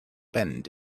bend